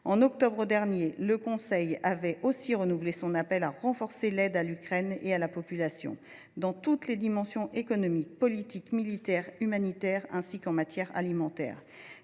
En octobre dernier, le Conseil avait aussi renouvelé son appel à renforcer l’aide à l’Ukraine et à sa population, dans toutes ses dimensions – économique, politique, militaire, humanitaire, mais aussi alimentaire.